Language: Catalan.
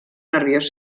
nerviós